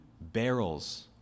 barrels